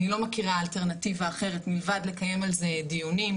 אני לא מכירה אלטרנטיבה אחרת מלבד לקיים על זה דיונים,